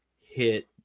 hit